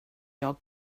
jag